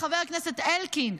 חבר הכנסת אלקין,